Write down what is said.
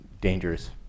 dangerous